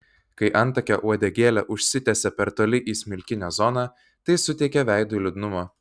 kai antakio uodegėlė užsitęsia per toli į smilkinio zoną tai suteikia veidui liūdnumo